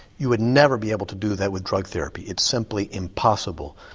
you would never be able to do that with drug therapy, it's simply impossible.